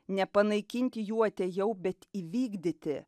nepanaikinti jų atėjau bet įvykdyti